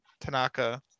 tanaka